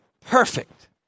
perfect